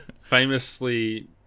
Famously